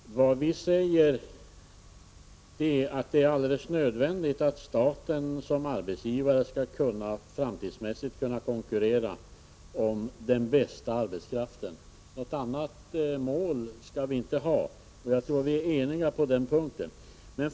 Herr talman! Vad vi säger är att det är alldeles nödvändigt att staten som arbetsgivare i framtiden skall kunna konkurrera om den bästa arbetskraften. Något annat mål skall vi inte ha, och jag tror att vi är eniga på den punkten.